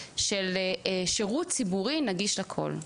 של שירות ציבורי נגיש לכל.